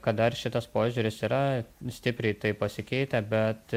kad dar šitas požiūris yra stipriai pasikeitę bet